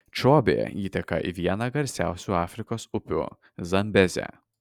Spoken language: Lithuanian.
čobė įteka į vieną garsiausių afrikos upių zambezę